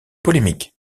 polémique